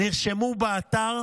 נרשמו באתר